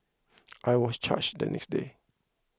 I was charged the next day